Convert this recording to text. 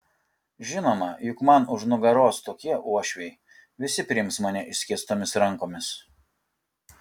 žinoma juk man už nugaros tokie uošviai visi priims mane išskėstomis rankomis